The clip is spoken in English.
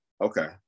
Okay